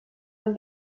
amb